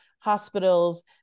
hospitals